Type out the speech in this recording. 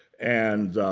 and